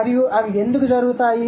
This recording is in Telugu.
మరియు అవి ఎందుకు జరుగుతాయి